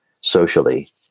socially